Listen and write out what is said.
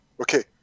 Okay